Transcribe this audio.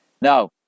now